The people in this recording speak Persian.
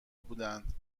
بودند